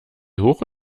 hoch